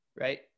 Right